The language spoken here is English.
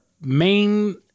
main